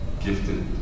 Gifted